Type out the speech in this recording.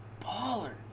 baller